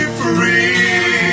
free